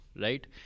right